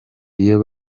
iyo